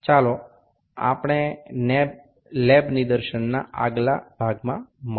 তাহলে আসুন আমরা পরীক্ষাগারে প্রদর্শনের পরবর্তী অংশে দেখা করি